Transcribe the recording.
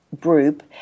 group